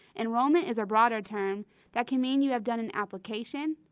enrollment is a broader term that can mean you have done an application,